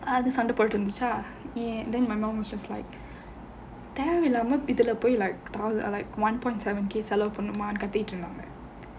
அது சண்டை போட்டுட்டு இருந்துச்சா:adhu sandai potuttu irunthuchaa then my mom was just like தேவை இல்லாம இதுல போய்:thevai illaama idhula poyi one point seven K செலவு பண்ணணுமான்னு கத்திட்டு இருந்தாங்க:selavu pannanumonu kathittu irunthaanga